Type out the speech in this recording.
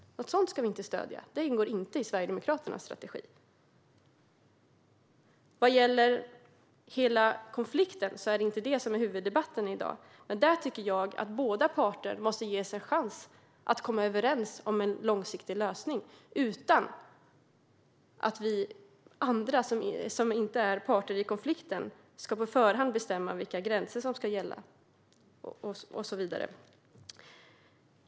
Sådant ska vi inte stödja. Det ingår inte i Sverigedemokraternas strategi. Själva konflikten är inte föremål för huvuddebatten i dag. Men där tycker jag att båda parter måste ges en chans att komma överens om en långsiktig lösning utan att vi andra, som inte är parter i konflikten, på förhand ska bestämma vilka gränser som ska gälla och så vidare.